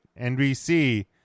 NBC